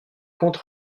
compte